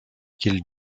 qu’il